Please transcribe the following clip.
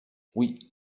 oui